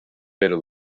pero